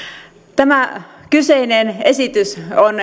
tämä kyseinen esitys on